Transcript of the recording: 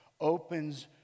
opens